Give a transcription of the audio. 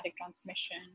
transmission